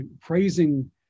praising